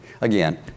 Again